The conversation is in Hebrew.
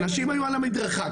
אנשים היו על המדרכה,